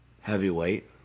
heavyweight